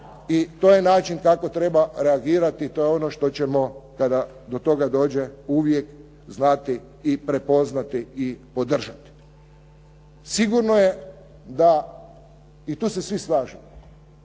i to je način kako treba reagirat, to je ono što ćemo kada do toga dođe uvijek znati i prepoznati i podržati. Sigurno je da, i tu se svi slažemo,